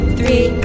three